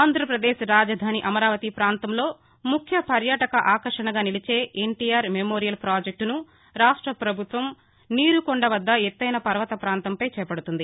ఆంధ్రప్రదేశ్ రాజధాని అమరావతి పాంతంలో ముఖ్య పర్యాటక ఆకర్షణగా నిలిచే ఎన్లీఆర్ మెమోరియల్ ప్రాజెక్టును రాష్ట ప్రభుత్వం నీరుకొండ వద్ద ఎత్తెన పర్వతప్రాంతంపై చేపడుతోంది